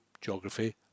geography